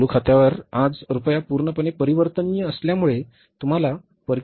चालू खात्यावर आज रुपया पूर्णपणे परिवर्तनीय असल्यामुळे तुम्हाला परकीय चलनाची विनामूल्य रक्कम मिळेल